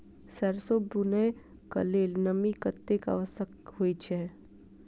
सैरसो बुनय कऽ लेल नमी कतेक आवश्यक होइ छै?